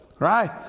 Right